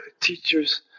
teacher's